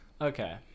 Okay